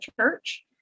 church